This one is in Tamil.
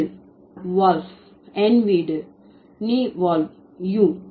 வீடு வால்ப் என் வீடு ne walb u